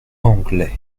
anglais